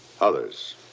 Others